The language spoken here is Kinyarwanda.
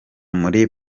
muri